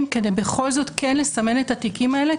כדי בכל זאת כן לסמן את התיקים האלה,